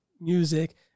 music